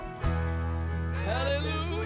Hallelujah